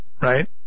right